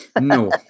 No